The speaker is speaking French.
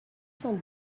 cent